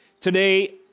Today